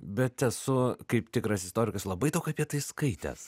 bet esu kaip tikras istorikas labai daug apie tai skaitęs